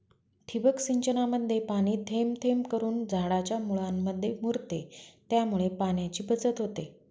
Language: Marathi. ठिबक सिंचनामध्ये पाणी थेंब थेंब करून झाडाच्या मुळांमध्ये मुरते, त्यामुळे पाण्याची बचत होते